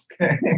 okay